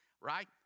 Right